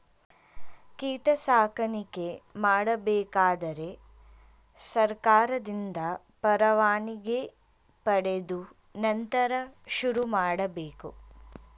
ಕೀಟ ಸಾಕಾಣಿಕೆ ಮಾಡಬೇಕಾದರೆ ಸರ್ಕಾರದಿಂದ ಪರವಾನಿಗೆ ಪಡೆದು ನಂತರ ಶುರುಮಾಡಬೇಕು